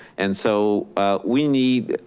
and so we need,